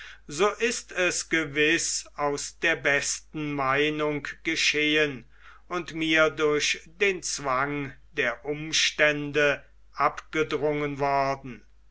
so ist es gewiß aus der besten meinung geschehen und mir durch den zwang der umstände abgedrungen worden